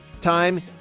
time